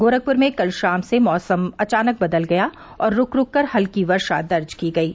गोरखप्र में कल शाम से मौसम अचानक बदल गया और रूक रूक कर हल्की वर्षा दर्ज की गयी